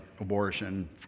abortion